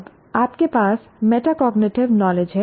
अब आपके पास मेटाकॉग्निटिव नॉलेज है